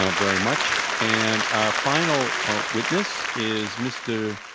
um very much. and our final witness is mr.